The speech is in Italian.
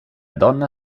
donna